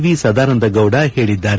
V Sadananda Gowda ಹೇಳಿದ್ದಾರೆ